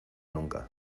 nunca